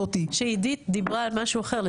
עידית דיברה על משהו אחר,